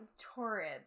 Torrid